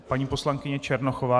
Paní poslankyně Černochová.